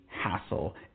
hassle